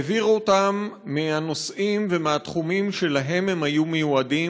העביר אותם מהנושאים ומהתחומים שלהם הם היו מיועדים,